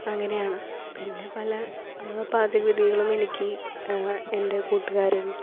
അങ്ങനെയാണ് പിന്നെ പല പാചകവിധികളും എനിക്ക് എൻ്റെ കൂട്ടുകാരും